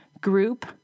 group